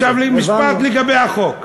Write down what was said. עכשיו למשפט לגבי החוק.